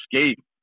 escape